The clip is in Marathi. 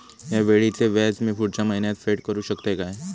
हया वेळीचे व्याज मी पुढच्या महिन्यात फेड करू शकतय काय?